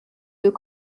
deux